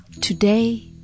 Today